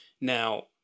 Now